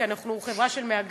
כי אנחנו חברה של מהגרים,